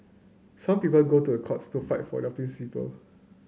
some people go to a courts to fight for their principle